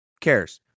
cares